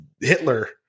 Hitler